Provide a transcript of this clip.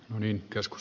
no niin joskus